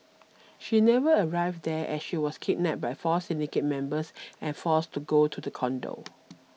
she never arrived there as she was kidnapped by four syndicate members and forced to go to the condo